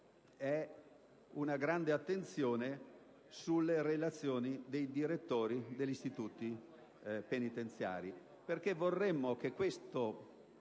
Grazie,